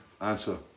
answer